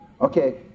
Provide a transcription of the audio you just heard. okay